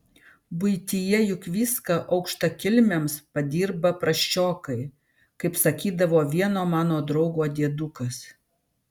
buityje juk viską aukštakilmiams padirba prasčiokai kaip sakydavo vieno mano draugo diedukas